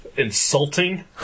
insulting